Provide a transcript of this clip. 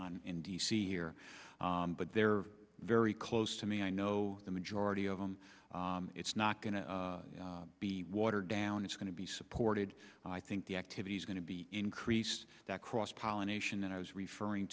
on in d c here but they're very close to me i know the majority of them it's not going to be watered down it's going to be supported i think the activities going to be increased that cross pollination that i was referring